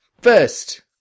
First